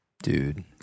Dude